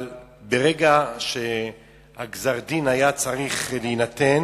אבל ברגע שגזר-הדין היה צריך להינתן